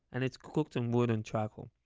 and it's cooked on wood and charcoal.